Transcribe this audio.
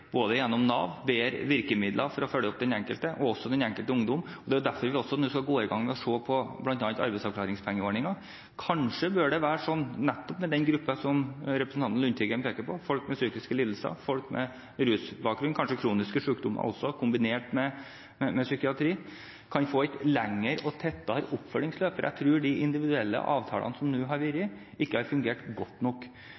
gjennom Nav, bedre virkemidler til å følge opp den enkelte, og den enkelte ungdom. Det er derfor vi også skal gå i gang med å se på bl.a. arbeidsavklaringspengeordningen. Kanskje bør det være slik at nettopp den gruppen representanten Lundteigen peker på, folk med psykiske lidelser, folk med rusbakgrunn, kanskje med kroniske sykdommer kanskje også kombinert med psykiatri, kan få et lengre og tettere oppfølgningsløp. Jeg tror de individuelle avtalene vi til nå har